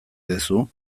duzu